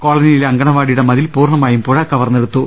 കോളനിയിലെ അങ്കണവാടിയുടെ മതിൽ പൂർണമായും പുഴ കവർന്നെടുത്തു